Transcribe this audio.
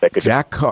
Jack